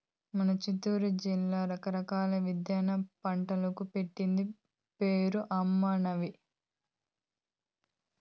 మన సిత్తూరు జిల్లా రకరకాల ఉద్యాన పంటలకు పెట్టింది పేరు అమ్మన్నీ